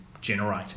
generate